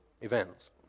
events